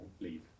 leave